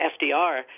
FDR